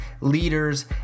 leaders